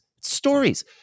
stories